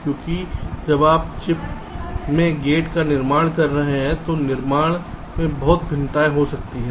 क्योंकि जब आप चिप में गेट्स का निर्माण कर रहे हैं तो निर्माण में बहुत भिन्नताएं हो सकती हैं